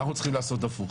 אנחנו צריכים לעשות הפוך.